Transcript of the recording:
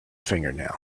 fingernail